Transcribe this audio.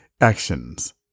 Actions